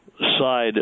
side